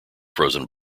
frozen